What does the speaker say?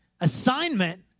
assignment